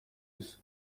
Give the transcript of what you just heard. gusa